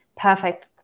perfect